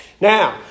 Now